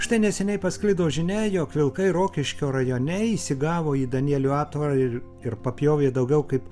štai neseniai pasklido žinia jog vilkai rokiškio rajone įsigavo į danielių aptvarą ir ir papjovė daugiau kaip